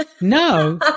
No